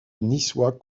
niçois